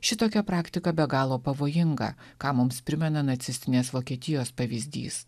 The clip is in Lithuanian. šitokia praktika be galo pavojinga ką mums primena nacistinės vokietijos pavyzdys